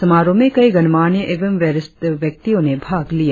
समारोह में कई गणमान्य एवं वरिष्ठ व्यक्तियो ने भाग लिया